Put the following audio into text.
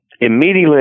Immediately